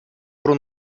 про